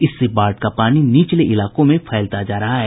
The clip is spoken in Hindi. इससे बाढ़ का पानी निचले इलाकों में फैलता जा रहा है